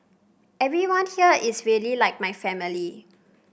everyone here is really like my family